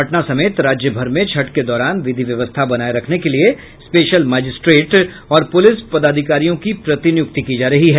पटना समेत राज्य भर में छठ के दौरान विधि व्यवस्था बनाये रखने के लिए स्पेशल मजिस्ट्रेट और पुलिस पदाधिकारियों की प्रतिनियुक्ति की जा रही है